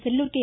Sellur K